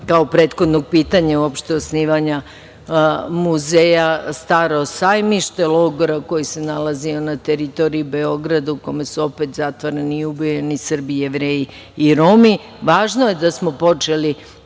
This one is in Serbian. kao prethodnog pitanja uopšte osnivanja muzeja „Staro sajmište“, logora koji se nalazi na teritoriji Beograda, u kome su zatvarani i ubijani Srbi, Jevreji i Romi. Važno je da smo počeli